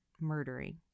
murdering